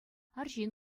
арҫын